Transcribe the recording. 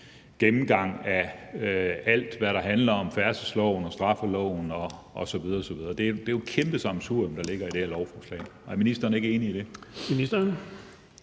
gennemgang af alt, hvad der handler om færdselsloven, straffeloven osv. osv. Det er jo et kæmpe sammensurium, der ligger i det her lovforslag. Er ministeren ikke enig i det?